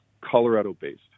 Colorado-based